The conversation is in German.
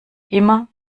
immer